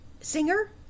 singer